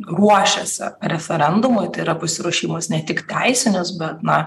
ruošiasi referendumui tai yra pasiruošimas ne tik teisinis bet na